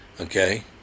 Okay